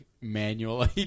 manually